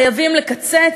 חייבים לקצץ,